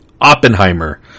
Oppenheimer